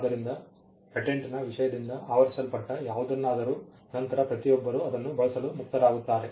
ಆದ್ದರಿಂದ ಪೇಟೆಂಟ್ನ ವಿಷಯದಿಂದ ಆವರಿಸಲ್ಪಟ್ಟ ಯಾವುದಾದರೂ ನಂತರ ಪ್ರತಿಯೊಬ್ಬರೂ ಅದನ್ನು ಬಳಸಲು ಮುಕ್ತರಾಗುತ್ತಾರೆ